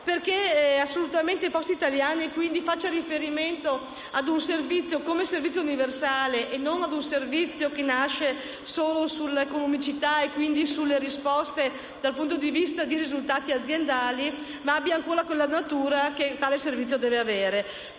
perché Poste italiane faccia riferimento a un servizio come servizio universale e non a un servizio che si basi solo sulla economicità e, quindi, sulle risposte dal punto di vista di risultati aziendali, ma abbia ancora quella natura che tale servizio deve avere.